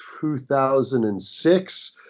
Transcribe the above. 2006